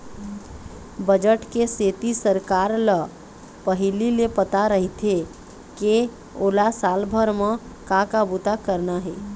budget के सेती सरकार ल पहिली ले पता रहिथे के ओला साल भर म का का बूता करना हे